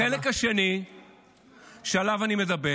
החלק השני שעליו אני מדבר